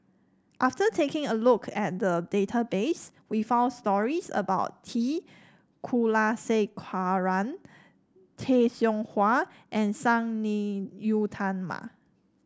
after taking a look at the database we found stories about T Kulasekaram Tay Seow Huah and Sang Nila Utama